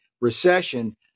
recession